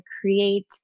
create